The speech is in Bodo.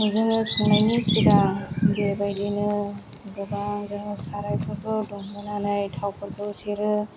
जोङो संनायनि सिगां बेबायदिनो गोबाव जोङो सारायफोरखौ दुंहोनानै थावफोरखौ सेरो